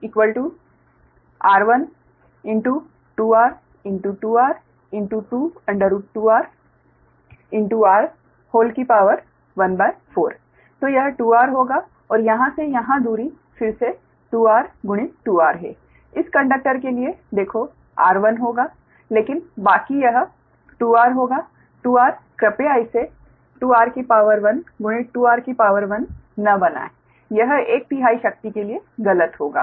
Dsr2r2r22 rr14 तो यह 2r होगा और यहां से यहां दूरी फिर से 2r गुणित 2r है इस कंडक्टर के लिए देखो r होगा लेकिन बाकी यह 2r होगा 2r कृपया इसे 2r गुणित 2r न बनाएं यह एक तिहाई शक्ति के लिए गलत होगा